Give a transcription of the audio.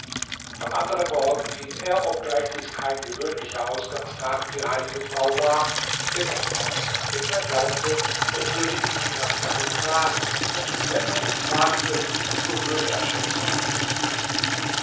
am anderen morgen ging er obgleich dies kein gewöhnlicher ausgangstag für die heilige frau war dennoch aus denn er glaubte es würde ihn niemand darum fragen und wenn man ihn fragte so würde er schon zu antworten wissen